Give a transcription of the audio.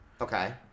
Okay